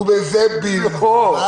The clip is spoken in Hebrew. ובזה בלבד,